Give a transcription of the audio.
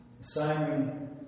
Simon